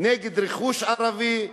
נגד רכוש ערבי,